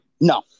No